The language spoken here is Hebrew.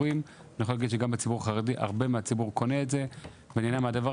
אני יכול להגיד שהרבה מהציבור החרדי קונה את התווים ונהנה מהם,